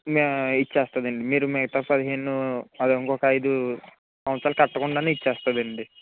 ఇచ్చేస్తదండి మీరు మిగతా పదిహేను అదే ఇంకొక ఐదు సంవత్సరాలు కట్టకుండానే ఇచ్చేస్తదండి